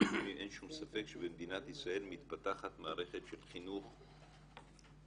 אין שום ספק שבמדינת ישראל מתפתחת מערכת של חינוך פרטי,